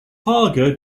haga